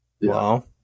Wow